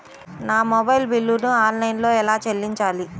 నా మొబైల్ బిల్లును ఆన్లైన్లో ఎలా చెల్లించాలి?